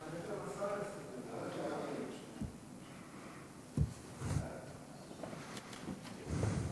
ההצעה להעביר את הנושא לוועדת הפנים והגנת הסביבה